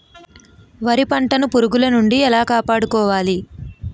వరి పంటను పురుగుల నుండి ఎలా కాపాడుకోవాలి?